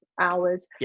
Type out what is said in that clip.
hours